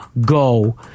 go